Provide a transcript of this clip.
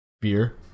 Beer